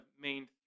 main